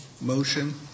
motion